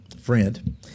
friend